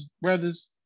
Brothers